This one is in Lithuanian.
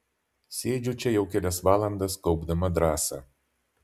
sėdžiu čia jau kelias valandas kaupdama drąsą